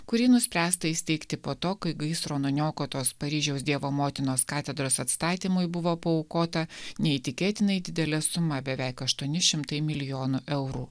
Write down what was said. kurį nuspręsta įsteigti po to kai gaisro nuniokotos paryžiaus dievo motinos katedros atstatymui buvo paaukota neįtikėtinai didelė suma beveik aštuoni šimtai milijonų eurų